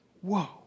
Whoa